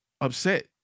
upset